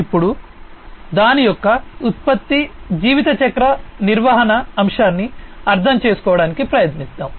ఇప్పుడు దాని యొక్క ఉత్పత్తి జీవితచక్ర నిర్వహణ అంశాన్ని అర్థం చేసుకోవడానికి ప్రయత్నిద్దాం